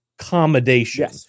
accommodation